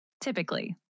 typically